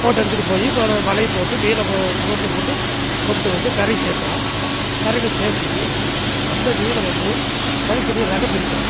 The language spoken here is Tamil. போட்டை எடுத்துகிட்டு போய் வலை போட்டு மீனை போ போட்டில் போட்டு கொண்டு வந்து கரை சேர்த்துறோம் கரையில் சேர்த்தி அந்த மீனை வந்து தனித்தனியாக ரகம் பிரிக்கிறோம்